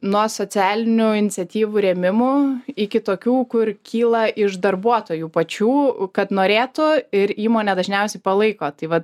nuo socialinių iniciatyvų rėmimo iki tokių kur kyla iš darbuotojų pačių kad norėtų ir įmonė dažniausiai palaiko tai va